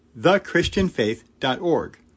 thechristianfaith.org